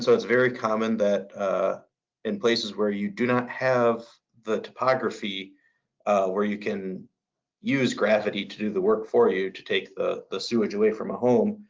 so it's very common that in places where you do not have the topography where you can use gravity to do the work for you to take the the sewage away from a home,